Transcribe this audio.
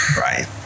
right